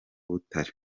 butare